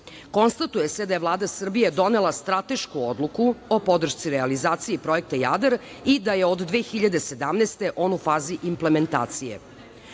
„Jadar“.Konstatuje se da je Vlada Srbije donela stratešku odluku o podršci realizaciji projekta „Jadar“ i da je od 2017. on u fazi implementacije. Naučnoj